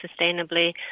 sustainably